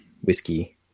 whiskey